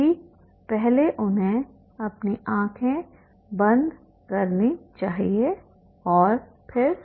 अभी पहले उन्हें अपनी आँखें बंद करनी चाहिए और फिर